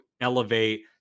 elevate